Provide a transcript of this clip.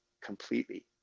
completely